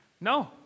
No